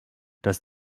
dass